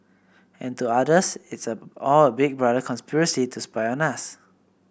and to others it's all a big brother conspiracy to spy on us